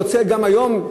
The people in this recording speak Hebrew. רוצה גם היום,